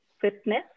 fitness